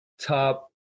top